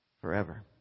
forever